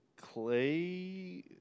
Clay